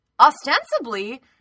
ostensibly